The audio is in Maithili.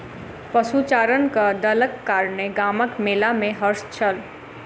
पशुचारणक दलक कारणेँ गामक मेला में हर्ष छल